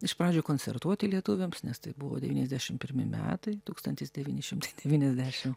iš pradžių koncertuoti lietuviams nes tai buvo devyniasdešim pirmi metai tūkstantis devyni šimtai devyniasdešim